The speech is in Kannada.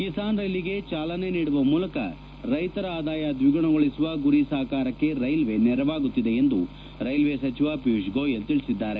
ಕಿಸಾನ್ ರೈಲಿಗೆ ಚಾಲನೆ ನೀಡುವ ಮೂಲಕ ರೈತರ ಆದಾಯ ಧ್ಯಿಗುಣಗೊಳಿಸುವ ಗುರಿ ಸಾಕಾರಕ್ಕೆ ರೈಲ್ವೆ ನೆರವಾಗುತ್ತಿದೆ ಎಂದು ರೈಲ್ವೆ ಸಚಿವ ಪಿಯೂಷ್ ಗೋಯಲ್ ತಿಳಿಸಿದ್ದಾರೆ